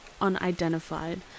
unidentified